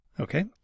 Okay